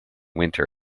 winter